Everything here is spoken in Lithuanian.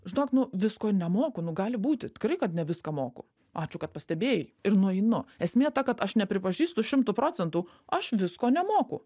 žinok nu visko nemoku nu gali būti tikrai kad ne viską moku ačiū kad pastebėjai ir nueinu esmė ta kad aš nepripažįstu šimtu procentų aš visko nemoku